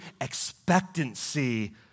expectancy